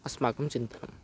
अस्माकं चिन्तनं